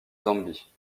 zambie